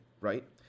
Right